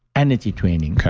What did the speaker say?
energy training,